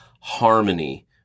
harmony